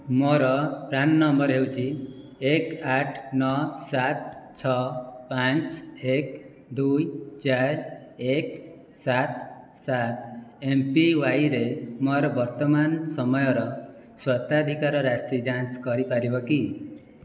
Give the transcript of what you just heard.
ମୋର PRAN number ହେଉଛି ଏକ ଆଠ ନଅ ସାତ ଛଅ ପାଞ୍ଚ ଏକ ଦୁଇ ଚାରି ଏକ ସାତ ସାତ ଏମ୍ପିୱାଇରେ ମୋର ବର୍ତ୍ତମାନ ସମୟର ସ୍ୱତ୍ୱାଧିକାର ରାଶି ଯାଞ୍ଚ କରିପାରିବ କି